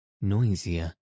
noisier